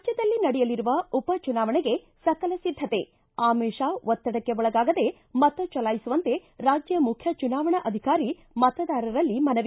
ರಾಜ್ಯದಲ್ಲಿ ನಡೆಯಲಿರುವ ಉಪಚುನಾವಣೆಗೆ ಸಕಲ ಸಿದ್ದತೆ ಆಮಿಷ ಒತ್ತಡಕ್ಕೆ ಒಳಗಾಗದೇ ಮತ ಚಲಾಯಿಸುವಂತೆ ರಾಜ್ಯ ಮುಖ್ಯ ಚುನಾವಣಾ ಅಧಿಕಾರಿ ಮತದಾರರಲ್ಲಿ ಮನವಿ